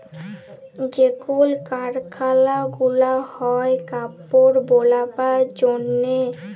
যে কল কারখালা গুলা হ্যয় কাপড় বালাবার জনহে